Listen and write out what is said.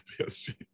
PSG